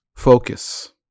focus